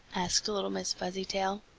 asked little miss fuzzytail.